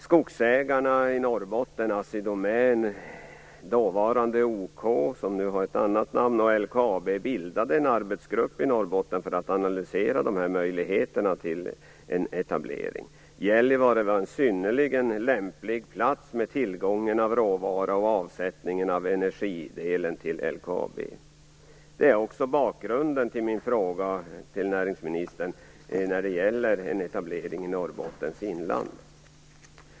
Skogsägarna i Norrbotten, Assi Domän, dåvarande OK, som nu har ett annat namn, och LKAB, bildade en arbetsgrupp för att analysera möjligheterna till en etablering. Gällivare var en synnerligen lämplig plats, med tanke på tillgången på råvara och möjligheten till avsättning av energidelen till LKAB. Det är också bakgrunden till min fråga till näringsministern när det gäller en etablering i Norrbottens inland.